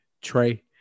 Trey